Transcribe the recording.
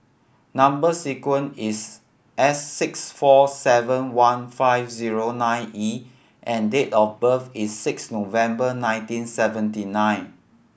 number sequence is S six four seven one five zero nine E and date of birth is six November nineteen seventy nine